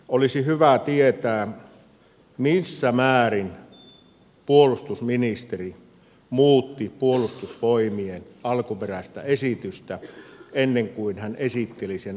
olisi hyvä tietää missä määrin puolustusministeri muutti puolustusvoimien alkuperäistä esitystä ennen kuin hän esitteli sen utvassa